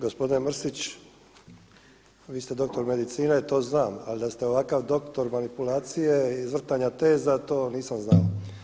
Gospodine Mrsić, vi ste doktor medicine, to znam, ali da ste ovakav doktor manipulacije, izvrtanja teza to nisam znao.